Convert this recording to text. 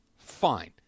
Fine